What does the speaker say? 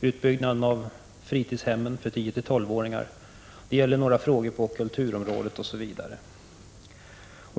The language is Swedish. utbyggnaden av fritidshemmen för 10-12-åringar och vissa frågor på kulturområdet.